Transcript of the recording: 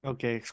Okay